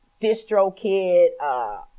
DistroKid